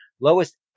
lowest